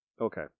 Okay